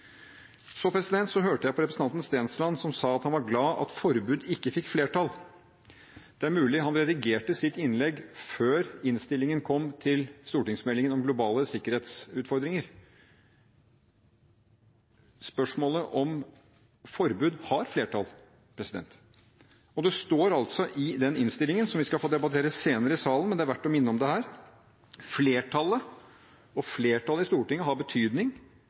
Så hørte jeg på representanten Stensland, som sa at han var glad for at forbud ikke fikk flertall. Det er mulig han redigerte sitt innlegg før innstillingen til stortingsmeldingen om globale sikkerhetsutfordringer kom. Spørsmålet om forbud har flertall, og det står altså i den innstillingen, som vi skal få debattere senere i salen, men det er verdt å minne om det her, at flertallet – og flertallet i Stortinget har betydning,